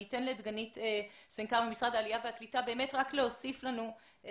אתן לדגנית סנקר ממשרד העלייה רק להוסיף לנו את